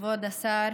כבוד השר,